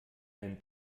einen